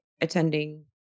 attending